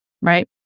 right